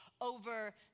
over